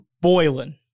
boiling